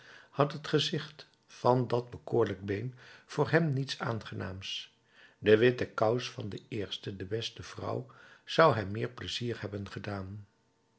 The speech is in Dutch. had het gezicht van dat bekoorlijk been voor hem niets aangenaams de witte kous van de eerste de beste vrouw zou hem meer pleizier hebben gedaan